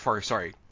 Sorry